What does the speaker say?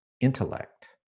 intellect